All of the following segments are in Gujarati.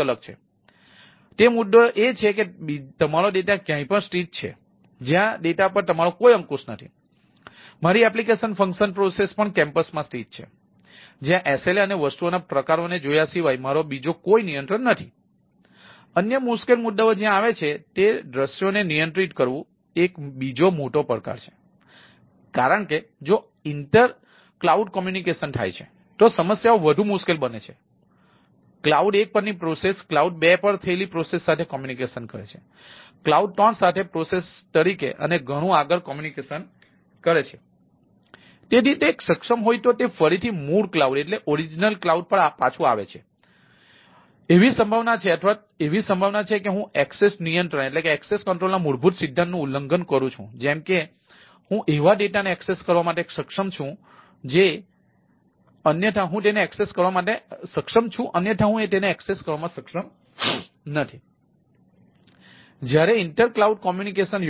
અને તે મુદ્દો એ છે કે તમારો ડેટા ક્યાંય પણ સ્થિત છે જ્યાં ડેટા પર મારો કોઈ અંકુશ નથી મારી એપ્લિકેશન ફંક્શન પ્રોસેસ કરવા માટે સક્ષમ છું જે છે અન્યથા હું તેને એક્સેસ કરવા માટે સક્ષમ નથી તેથી જ્યારે ઇન્ટર ક્લાઉડ કૉમ્યૂનિકેશન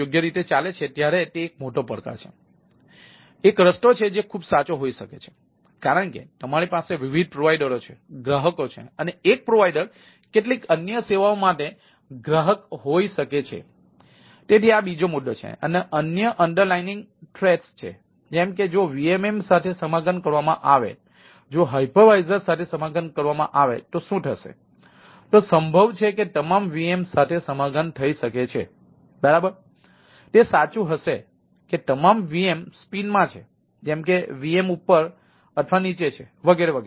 માં છે જેમ કે વીએમ VM ઉપર અથવા નીચે છે વગેરે વગેરે